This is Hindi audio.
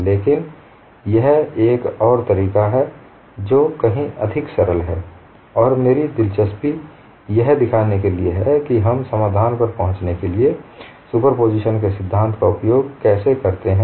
लेकिन यह एक और तरीका है जो कहीं अधिक सरल है और मेरी दिलचस्पी यह दिखाने के लिए है कि हम समाधान पर पहुंचने के लिए सुपरपोजिशन के सिद्धांत का उपयोग कैसे करते हैं